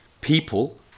people